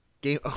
Game